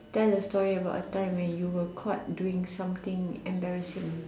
tell a story about a time when you were caught doing something embarrassing